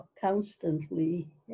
Constantly